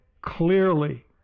clearly